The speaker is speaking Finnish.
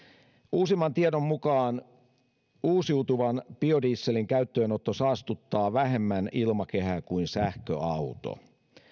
uusimman tiedon mukaan uusiutuvan biodieselin käyttöönotto saastuttaa vähemmän ilmakehää kuin sähköauto